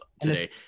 today